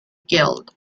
guild